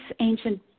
ancient